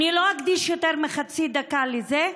אני לא אקדיש יותר מחצי דקה לזה,